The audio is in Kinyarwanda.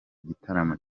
gitaramo